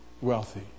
wealthy